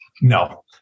No